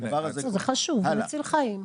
זה חשוב, מציל חיים.